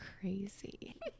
crazy